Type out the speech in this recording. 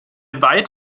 weit